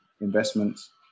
investments